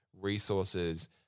resources